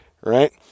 Right